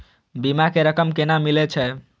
बीमा के रकम केना मिले छै?